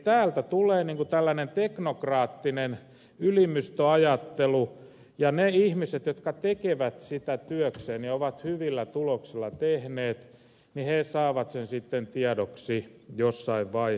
täältä tulee tällainen teknokraattinen ylimystöajattelu ja ne ihmiset jotka tekevät sitä työkseen ja ovat hyvillä tuloksilla tehneet saavat sen sitten tiedoksi jossain vaiheessa